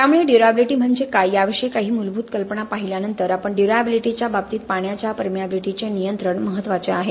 त्यामुळे ड्युर्याबिलिटी म्हणजे काय याविषयी काही मूलभूत कल्पना पाहिल्यानंतर आणि ड्युर्याबिलिटीच्या बाबतीत पाण्याच्या परमियाबीलिटी चे नियंत्रण महत्त्वाचे आहे